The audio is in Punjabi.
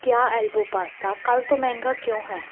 ਕਿਆ ਐਲਬੋ ਪਾਸਤਾ ਕੱਲ੍ਹ ਤੋਂ ਮਹਿੰਗਾ ਕਿਉਂ ਹੈ